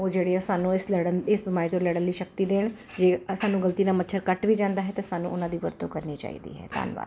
ਉਹ ਜਿਹੜੀ ਸਾਨੂੰ ਇਸ ਲੜਨ ਇਸ ਬਿਮਾਰੀ ਤੋਂ ਲੜਨ ਦੀ ਸ਼ਕਤੀ ਦੇਣ ਜੇ ਸਾਨੂੰ ਗਲਤੀ ਨਾਲ ਮੱਛਰ ਕੱਟ ਵੀ ਜਾਂਦਾ ਹੈ ਤਾਂ ਸਾਨੂੰ ਉਹਨਾਂ ਦੀ ਵਰਤੋਂ ਕਰਨੀ ਚਾਹੀਦੀ ਹੈ ਧੰਨਵਾਦ